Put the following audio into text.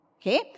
Okay